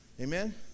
Amen